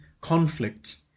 conflict